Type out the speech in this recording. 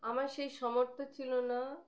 আমার সেই সামর্থ্য ছিল না